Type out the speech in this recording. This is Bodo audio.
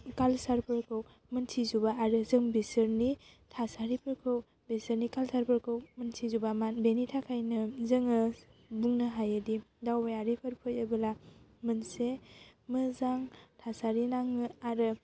खालसारफोरखौ मोनथिजोबा आरो जों बिसोरनि थासारिफोरखौ बिसोरनि खालसारफोरखौ मोनथिजोबा मा बेनि थाखायनो जोङो बुंनो हायोदि दावबायारिफोर फैयोबोला मोनसे मोजां थासारि नाङो आरो